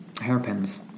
hairpins